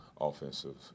offensive